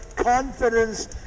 Confidence